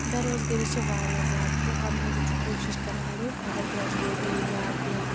بےٚ روزگٲری چھِ واریاہ زیادٕ تہٕ امہِ موٗجوٗب چھِ کوٗشِش کَران لُکھ اَگَر گریٚجویٹٕے یا کینٛہہ